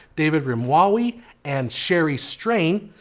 david rimawi and sherri strain,